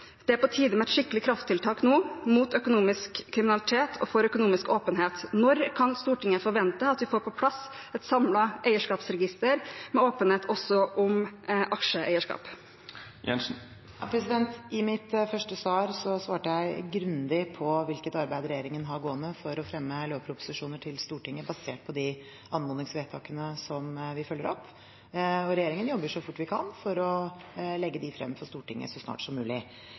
Det er på tide med et skikkelig krafttiltak nå mot økonomisk kriminalitet og for økonomisk åpenhet. Når kan Stortinget forvente at vi får på plass et samlet eierskapsregister med åpenhet også om aksjeeierskap? I mitt første svar svarte jeg grundig på hvilket arbeid regjeringen har gående for å fremme lovproposisjoner til Stortinget basert på de anmodningsvedtakene som vi følger opp, og regjeringen jobber så fort vi kan for å legge disse frem for Stortinget så snart som mulig.